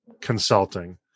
Consulting